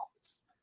office